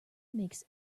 makes